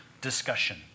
discussion